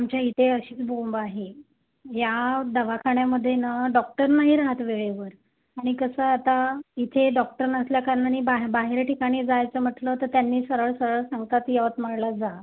आमच्या इथे अशीच बोंब आहे या दवाखान्यामध्ये ना डॉक्टर नाही राहत वेळेवर आणि कसं आता इथे डॉक्टर नसल्या कारणाने बा बाहेर ठिकाणी जायचं म्हटलं तर त्यांनी सरळसरळ सांगतात की यवतमाळला जा